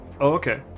Okay